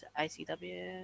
ICW